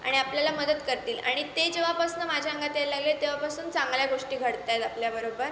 आणि आपल्याला मदत करतील आणि ते जेव्हापासनं माझ्या अंगात यायला लागले तेव्हापासून चांगल्या गोष्टी घडत आहेत आपल्याबरोबर